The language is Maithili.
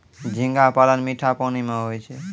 झींगा पालन मीठा पानी मे होय छै